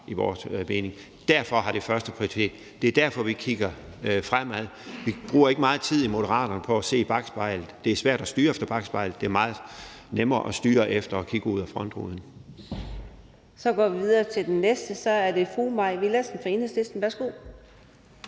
vores mening. Derfor har det førsteprioritet. Det er derfor, vi kigger fremad. Vi bruger ikke meget tid i Moderaterne på at se i bakspejlet. Det er svært at styre efter bakspejlet; det er meget nemmere at styre ved at kigge ud ad forruden. Kl. 15:29 Fjerde næstformand (Karina Adsbøl): Så går vi videre til den næste. Det er fru Mai Villadsen fra Enhedslisten. Værsgo.